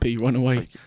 Runaway